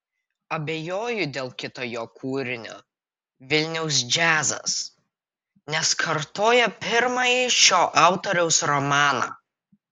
abejoju dėl kito jo kūrinio vilniaus džiazas nes kartoja pirmąjį šio autoriaus romaną